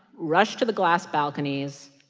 rush to the glass balconies.